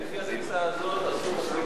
כי לפי התפיסה הזאת אסור,